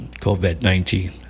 COVID-19